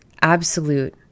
absolute